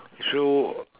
so